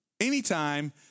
Anytime